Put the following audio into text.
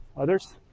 others?